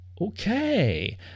okay